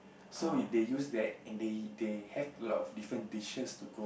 so we they use that and they they have a lot of different dishes to go